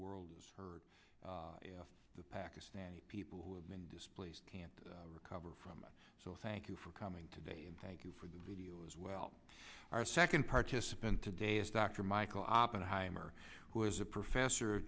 world is hurt if the pakistani people who have been displaced can't recover from it so thank you for coming today and thank you for the video as well our second participant today is dr michael oppenheimer who is a professor